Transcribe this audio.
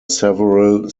several